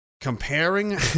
comparing